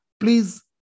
Please